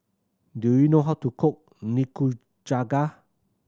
do you know how to cook Nikujaga